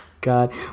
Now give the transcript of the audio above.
God